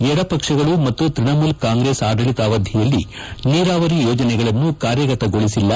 ಎಡಪಕ್ಷಗಳು ಮತ್ತು ತ್ವಣಮೂಲ ಕಾಂಗ್ರೆಸ್ ಆಡಳಿತಾವಧಿಯಲ್ಲಿ ನೀರಾವರಿ ಯೋಜನೆಗಳನ್ನು ಕಾರ್ಯಗರ್ತಗೊಳಿಸಿಲ್ಲ